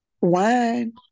Wine